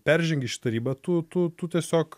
peržengi šitą ribą tu tu tu tiesiog